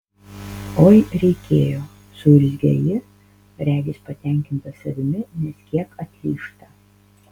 oi reikėjo suurzgia ji regis patenkinta savimi nes kiek atlyžta